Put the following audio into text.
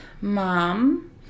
mom